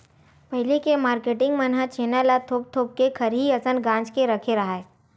पहिली के मारकेटिंग मन ह छेना ल थोप थोप के खरही असन गांज के रखे राहय